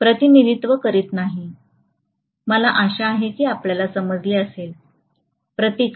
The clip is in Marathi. प्रतिनिधित्व करीत नाही मला आशा आहे की आपणास समजले असेल